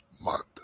month